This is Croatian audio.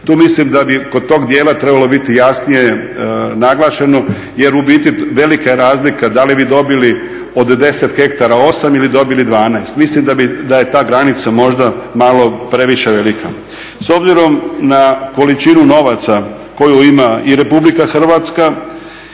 Tu mislim da bi kod tog dijela trebalo biti jasnije naglašeno jer u biti velika je razlika da li vi dobili od 10 hektara 8 ili dobili 12, mislim da je ta granica možda malo previše velika. S obzirom na količinu novaca koju ima RH i da ovaj